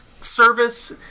service